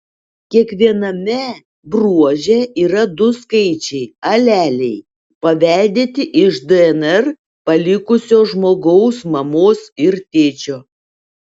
kiekviename bruože yra du skaičiai aleliai paveldėti iš dnr palikusio žmogaus mamos ir tėčio